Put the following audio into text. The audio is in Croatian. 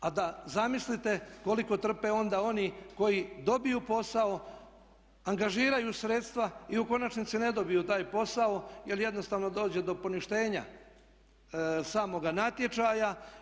A zamislite koliko trpe onda oni koji dobiju posao, angažiraju sredstva i u konačnici ne dobiju taj posao jer jednostavno dođe do poništenja samoga natječaja.